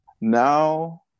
now